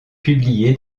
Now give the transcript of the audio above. publié